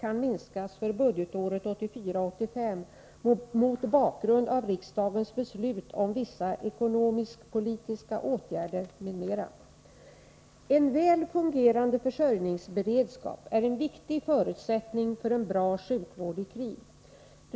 7) anser att En väl fungerande försörjningsberedskap är en viktig förutsättning för en bra sjukvård i krig.